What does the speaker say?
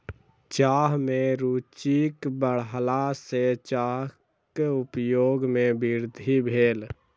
चाह में रूचिक बढ़ला सॅ चाहक उपयोग में वृद्धि भेल